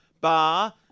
bar